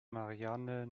marianne